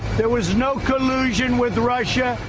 there was no collusion with russia.